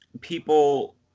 people